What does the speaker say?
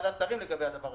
בוועדת שרים לגבי זה.